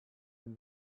and